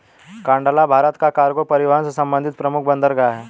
कांडला भारत का कार्गो परिवहन से संबंधित प्रमुख बंदरगाह है